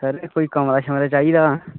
sir कोई कमरा शमरा चाहिदा